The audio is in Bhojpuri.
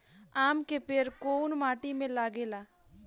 आम के पेड़ कोउन माटी में लागे ला?